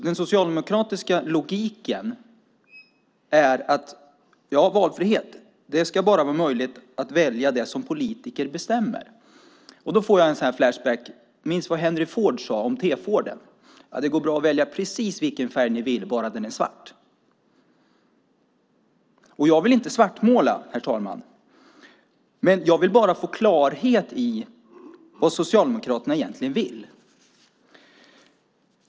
Den socialdemokratiska logiken är att valfrihet innebär att det bara ska vara möjligt att välja det som politiker bestämmer. Då får jag en flashback och minns vad Henry Ford sade om T-Forden. Han sade: Det går bra att välja precis vilken färg ni vill bara den är svart. Jag vill inte svartmåla, herr talman, utan jag vill bara få klarhet i vad Socialdemokraterna egentligen vill.